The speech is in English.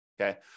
okay